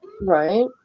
Right